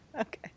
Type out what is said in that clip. okay